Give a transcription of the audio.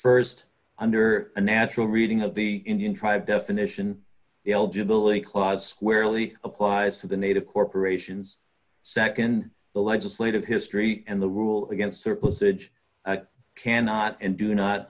issue st under a natural reading of the indian tribe definition eligible a clause squarely applies to the native corporations nd the legislative history and the rule against surplusage a cannot and do not